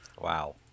Wow